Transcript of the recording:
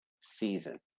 season